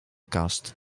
kast